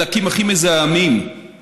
אלה הדלקים הכי מזהמים בעולם.